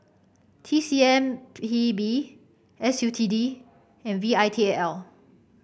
T C M P B S U T D and V I T A L